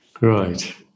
Right